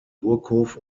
burghof